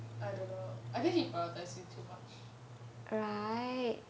I don't know I think he prioritise you too much